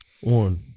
One